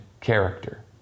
character